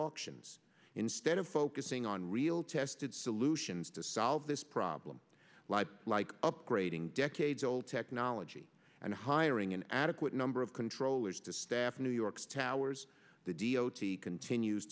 options instead of focusing on real tested solutions to solve this problem like upgrading decades old technology and hiring an adequate number of controllers to staff new york's towers the d o t continues